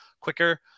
quicker